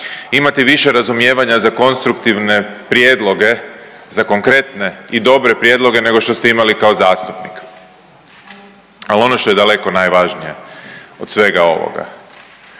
imati više razumijevanja za konstruktivne prijedloge, za konkretne i dobre prijedloge nego što ste imali kao zastupnik, ali ono što je daleko najvažnije od svega ovoga,